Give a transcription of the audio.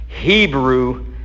Hebrew